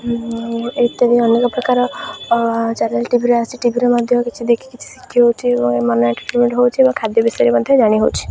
ଇତ୍ୟାଦି ଅନେକ ପ୍ରକାର ଚ୍ୟାନେଲ୍ ଟିଭିରେ ଆସିଛି ଟିଭିରେ ମଧ୍ୟ କିଛି ଦେଖି କିଛି ଶିଖି ହେଉଛି ଏବଂ ଏମନ ଏଣ୍ଟରଟେନମେଣ୍ଟ ହେଉଛି ଏବଂ ଖଦ୍ୟ ବିଷୟରେ ମଧ୍ୟ ଜାଣି ହେଉଛି